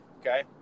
okay